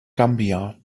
gambia